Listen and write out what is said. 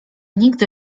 nigdy